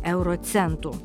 euro centų